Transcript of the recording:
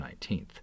19th